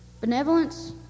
benevolence